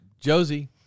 Josie